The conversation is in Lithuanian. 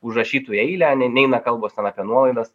užrašytų į eilę ne neina kalbos ten apie nuolaidas